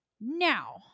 Now